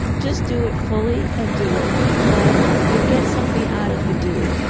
just do it fully and do it and you'll get something out of the doing.